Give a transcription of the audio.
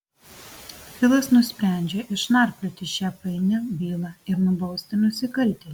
filas nusprendžia išnarplioti šią painią bylą ir nubausti nusikaltėlį